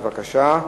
בבקשה.